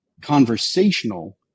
conversational